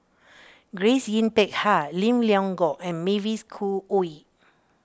Grace Yin Peck Ha Lim Leong Geok and Mavis Khoo Oei